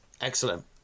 Excellent